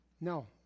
No